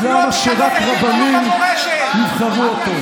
אז למה שרק רבנים יבחרו אותו?